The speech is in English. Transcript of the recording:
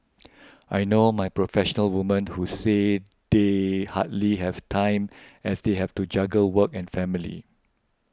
I know my professional women who say they hardly have time as they have to juggle work and family